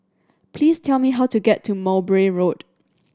please tell me how to get to Mowbray Road